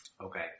Okay